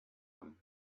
him